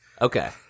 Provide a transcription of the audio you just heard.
okay